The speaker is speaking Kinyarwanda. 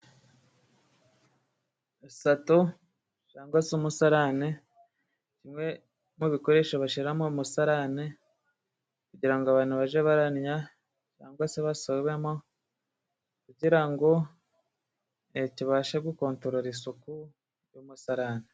Sato cyangwa se umusarane, kimwe mu bikoresho bashyira mu musarane, kugira ngo abantu bajye barannya cyangwa se basobemo, kugira ngo Leta ibashe gukontorora isuku y'umusarane.